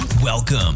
Welcome